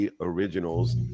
originals